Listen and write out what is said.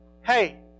Hey